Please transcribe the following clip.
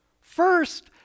First